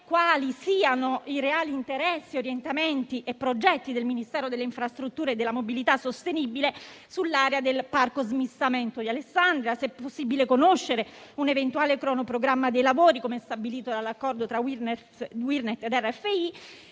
quali siano i reali interessi, orientamenti e progetti del Ministero delle infrastrutture e della mobilità sostenibili sull'area del parco smistamento di Alessandria; se sia possibile conoscere il cronoprogramma dei lavori, così come stabilito dall'accordo tra la UIRNet e RFI